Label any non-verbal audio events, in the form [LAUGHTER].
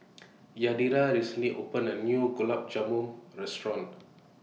[NOISE] Yadira recently opened A New Gulab Jamun Restaurant